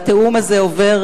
והתיאום הזה עובר,